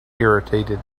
irritated